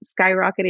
skyrocketing